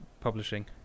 publishing